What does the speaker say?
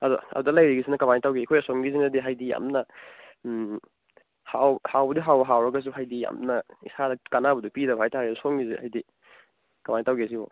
ꯑꯗ ꯂꯩꯔꯤꯒꯩꯁꯤꯅ ꯀꯃꯥꯏ ꯇꯧꯒꯦ ꯑꯩꯈꯣꯏ ꯑꯁꯣꯝꯒꯤꯁꯤꯅꯗꯤ ꯍꯥꯏꯗꯤ ꯌꯥꯝꯅ ꯍꯥꯎ ꯍꯥꯎꯕꯨꯗꯤ ꯍꯥꯎꯔꯒꯁꯨ ꯍꯥꯏꯗꯤ ꯌꯥꯝꯅ ꯏꯁꯥꯗ ꯀꯥꯟꯅꯕꯗꯣ ꯄꯤꯗꯕ ꯍꯥꯏ ꯇꯥꯔꯦ ꯁꯣꯝꯒꯤꯁꯦ ꯍꯥꯎꯗꯤ ꯀꯃꯥꯏ ꯇꯧꯒꯦ ꯁꯤꯕꯣ